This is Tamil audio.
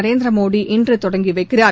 நரேந்திர மோடி இன்று தொடங்கி வைக்கிறார்